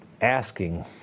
asking